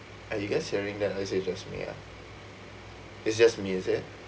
are you guys hearing that or is it just me ah it's just me is it